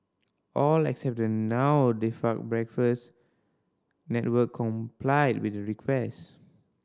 all except the now defunct Breakfast Network complied with the request